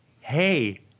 hey